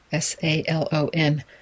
SALON